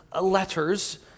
letters